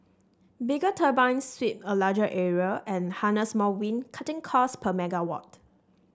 bigger turbines sweep a larger area and harness more wind cutting costs per megawatt